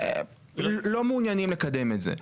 לא מעוניינים לקדם את זה.